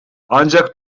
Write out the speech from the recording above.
ancak